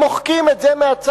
הם מוחקים את זה מהצו.